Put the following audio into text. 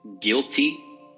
guilty